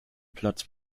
platz